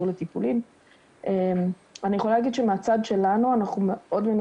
דרך אגב, מותר